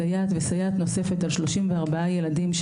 סייעת וסייעת נוספת על 34 ילדים,